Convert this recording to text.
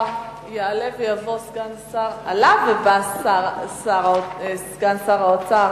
חבר הכנסת יריב לוין, באשר לסוגיה שעלתה קודם,